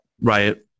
right